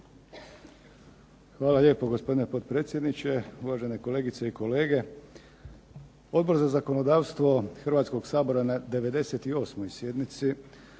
Hvala lijepo gospodine potpredsjedniče, uvažene kolegice i kolege. Odbor za zakonodavstvo Hrvatskog sabora na 98. sjednici